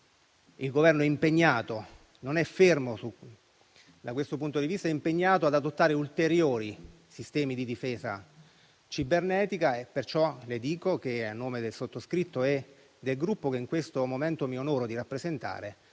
il Governo non è fermo da questo punto di vista, ma è impegnato ad adottare ulteriori sistemi di difesa cibernetica. Pertanto le dico, a nome del sottoscritto e del Gruppo che in questo momento mi onoro di rappresentare,